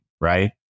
right